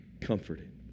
comforted